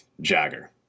Jagger